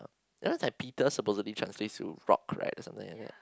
just like Peter supposedly translates to rock right or something like that